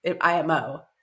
IMO